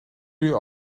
jullie